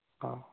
ହେଉ